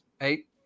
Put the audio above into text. eight